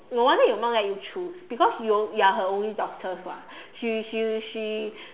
no wonder your mum let you choose because you you are her only daughter [what] she she she